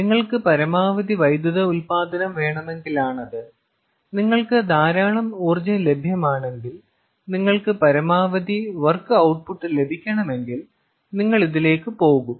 നിങ്ങൾക്ക് പരമാവധി വൈദ്യുത ഉൽപ്പാദനം വേണമെങ്കിലാണത് നിങ്ങൾക്ക് ധാരാളം ഊർജ്ജം ലഭ്യമാണെങ്കിൽ നിങ്ങൾക്ക് പരമാവധി വർക്ക് ഔട്ട്പുട്ട് ലഭിക്കണമെങ്കിൽ നിങ്ങൾ ഇതിലേക്ക് പോകും